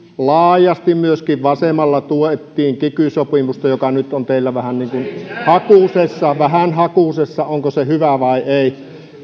laajasti myöskin vasemmalla tuettiin kiky sopimusta joka nyt on teillä vähän hakusessa onko se hyvä vai ei